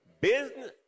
business